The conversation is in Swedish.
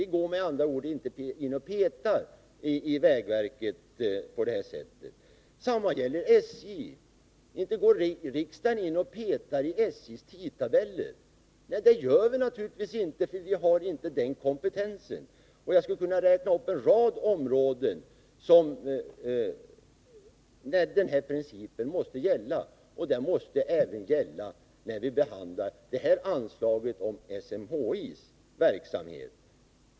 Vi går med andra ord inte in och petar i vägverkets verksamhet på det sättet. Detsamma gäller SJ. Inte går riksdagen in och petar i SJ:s tidtabeller. Det gör vi naturligtvis inte, för vi har inte den kompetensen. Jag skulle kunna räkna upp en rad områden där den här principen måste gälla, och den måste även gälla när vi behandlar det här anslaget till SMHI:s verksamhet.